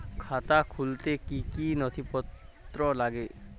খাতা খুলতে কি কি নথিপত্র লাগবে?